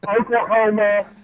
Oklahoma